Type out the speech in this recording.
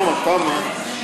היום התמ"א,